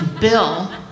Bill